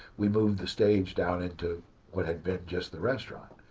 we moved the stage down into what had been just the restaurant.